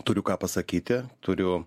turiu ką pasakyti turiu